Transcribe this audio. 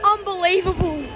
Unbelievable